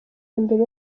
mbere